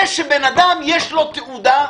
זה שבן אדם, יש לו תעודה,